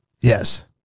Yes